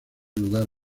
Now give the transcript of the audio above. lugar